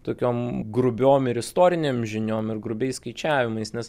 tokiom grubiom ir istorinėm žiniom ir grubiais skaičiavimais nes